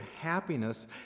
happiness